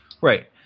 Right